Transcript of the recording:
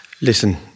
Listen